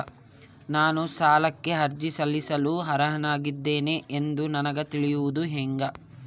ನಾನು ಸಾಲಕ್ಕೆ ಅರ್ಜಿ ಸಲ್ಲಿಸಲು ಅರ್ಹನಾಗಿದ್ದೇನೆ ಎಂದು ನನಗ ತಿಳಿಯುವುದು ಹೆಂಗ?